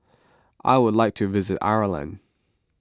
I would like to visit Ireland